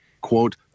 quote